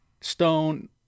Stone